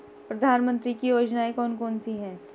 प्रधानमंत्री की योजनाएं कौन कौन सी हैं?